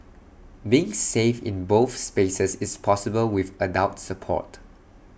being safe in both spaces is possible with adult support